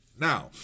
Now